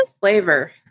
flavor